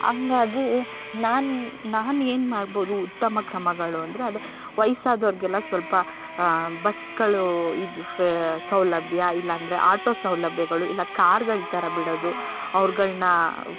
ಹಂಗಾಗಿ ನಾನು ನಾನೇನು ಮಾಡ್ಬೌದು ಉತ್ತಮ ಕ್ರಮಗಳು ಅಂದರೆ ಅದೇ ವಯಸ್ಸಾದೋರ್ಗೆಲ್ಲ ಸ್ವಲ್ಪ ಬಸ್ಸ್ಗಳೂ ಇದು ಸೌಲಭ್ಯ ಇಲ್ಲ ಅಂದರೆ ಆಟೋ ಸೌಲಭ್ಯಗಳು ಇಲ್ಲ ಕಾರುಗಳು ಥರ ಬಿಡೊದು ಅವ್ರುಗಳ್ನಾ